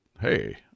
Hey